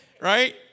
right